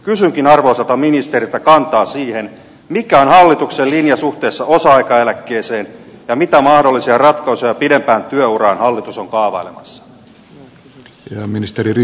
kysynkin arvoisalta ministeriltä kantaa siihen mikä on hallituksen linja suhteessa osa aikaeläkkeeseen ja mitä mahdollisia ratkaisuja pidempään työuraan hallitus on kaavailemassa